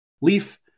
Leaf